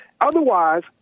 Otherwise